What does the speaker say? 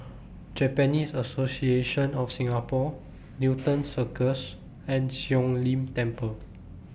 Japanese Association of Singapore Newton Circus and Siong Lim Temple